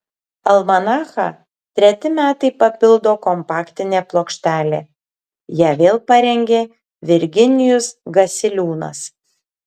almanachą treti metai papildo kompaktinė plokštelė ją vėl parengė virginijus gasiliūnas